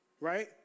Right